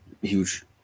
huge